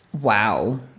Wow